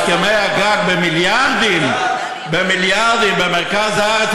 יש הסכמי גג במיליארדים במרכז הארץ,